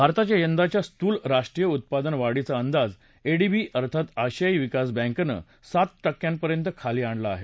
भारताच्या यंदाच्या स्थूल राष्ट्रीय उत्पादन वाढीचा अंदाज एडीबी अर्थात अशियाई विकास बँकेनं सात टक्क्यांपर्यंत खाली आणला आहे